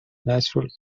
natural